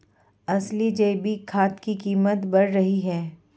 असली जैविक खाद की कीमत बढ़ रही है